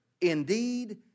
indeed